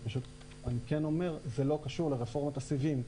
אני כן אומר שזה לא קשור לרפורמת הסיבים,